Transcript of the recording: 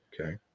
Okay